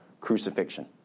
crucifixion